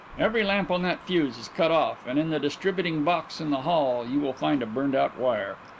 every lamp on that fuse is cut off and in the distributing-box in the hall you will find a burned-out wire.